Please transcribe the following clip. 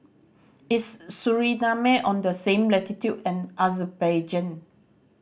is Suriname on the same latitude as Azerbaijan